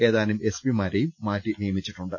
ഏതാനും എസ്പിമാരേയും മാറ്റി നിയമിച്ചിട്ടുണ്ട്